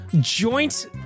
joint